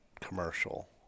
commercial